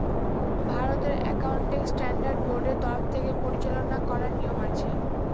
ভারতের accounting standard বোর্ডের তরফ থেকে পরিচালনা করার নিয়ম আছে